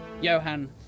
Johan